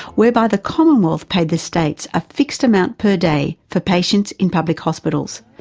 whereby the commonwealth paid the states a fixed amount per day for patients in public hospitals,